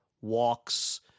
walks